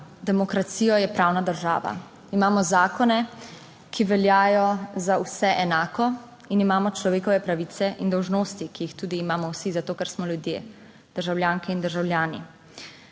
demokracijo je pravna država. Imamo zakone, ki veljajo za vse enako, in imamo človekove pravice in dolžnosti, ki jih tudi imamo vsi za to, ker smo ljudje, državljanke in državljani.